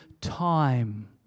time